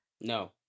No